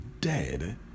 dead